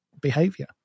behavior